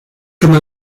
comme